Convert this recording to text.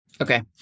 Okay